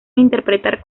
interpretar